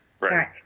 right